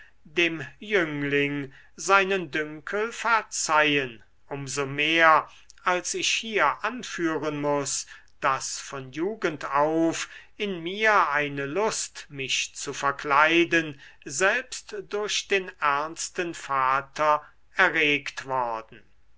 dem jüngling seinen dünkel verzeihen um so mehr als ich hier anführen muß daß von jugend auf in mir eine lust mich zu verkleiden selbst durch den ernsten vater erregt worden